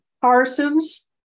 Parsons